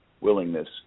willingness